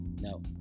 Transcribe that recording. No